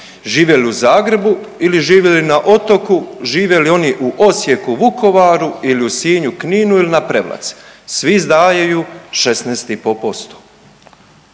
živjeli u Zagrebu, ili živjeli na otoku, živjeli oni u Osijeku, Vukovaru ili u Sinju, Kninu ili na Prevlaci svi izdvajaju 16,5%.